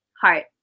heart